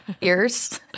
Ears